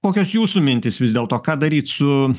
kokios jūsų mintys vis dėl to ką daryt su